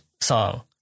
Song